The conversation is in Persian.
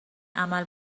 عمل